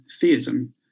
theism